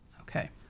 Okay